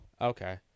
Okay